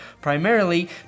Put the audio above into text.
primarily